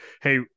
hey